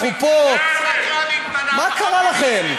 אנחנו פה, מה קרה לכם?